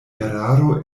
eraro